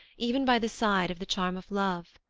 even by the side of the charm of love.